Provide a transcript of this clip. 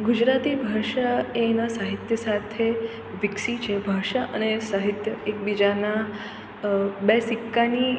ગુજરાતી ભાષા એ એના સાહિત્ય સાથે વિકસી છે ભાષા અને સાહિત્ય એકબીજાના બે સિક્કાની